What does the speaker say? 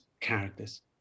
characters